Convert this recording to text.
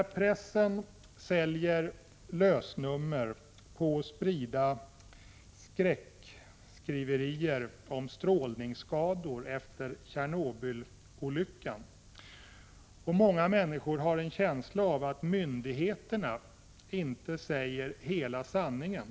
Pressen säljer lösnummer på att sprida skräckskriverier om strålningsskador efter Tjernobylolyckan, och många människor har en känsla av att myndigheterna inte säger hela sanningen.